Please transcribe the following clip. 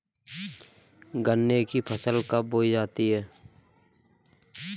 गन्ने की फसल कब बोई जाती है?